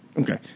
Okay